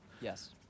Yes